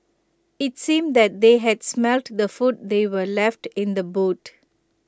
IT seemed that they had smelt the food they were left in the boot